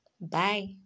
Bye